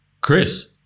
Chris